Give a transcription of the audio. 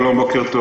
שלום, בוקר טוב.